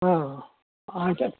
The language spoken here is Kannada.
ಹಾಂ ಆಯ್ತು ಆಯ್ತು